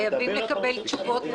אני איש כלכלה וגם איש של שוק ההון.